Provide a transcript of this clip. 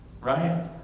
Right